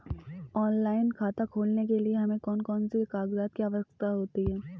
Online खाता खोलने के लिए हमें कौन कौन से कागजात की आवश्यकता होती है?